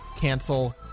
cancel